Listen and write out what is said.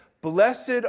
Blessed